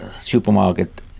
supermarket